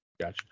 Gotcha